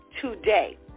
today